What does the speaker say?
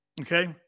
Okay